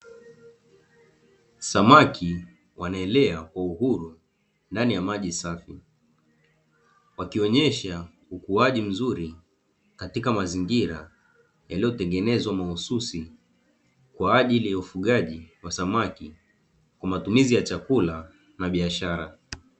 Samaki wanaelea kwa uhuru ndani ya maji safi, wakionyesha ukuaji mzuri katika mazingira yaliyotengenezwa mahususi kwa ajili ya ufugaji wa samaki kwa matumizi ya chakula na biashara.